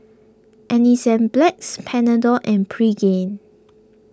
Enzyplex Panadol and Pregain